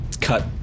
cut